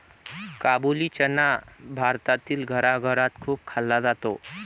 काबुली चना भारतातील घराघरात खूप खाल्ला जातो